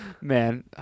Man